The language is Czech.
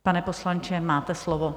Pane poslanče, máte slovo.